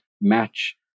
match